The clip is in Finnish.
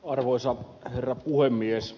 arvoisa herra puhemies